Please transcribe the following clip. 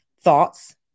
thoughts